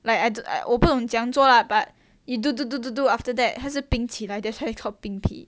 like I I 不懂怎么做 lah but you do do do do do after that 还是冰起来 that's why it's called 冰皮